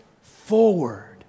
forward